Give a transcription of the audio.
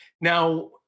Now